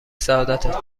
سعادتت